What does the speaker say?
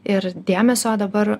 ir dėmesio dabar